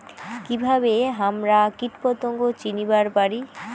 কিভাবে হামরা কীটপতঙ্গ চিনিবার পারি?